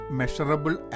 measurable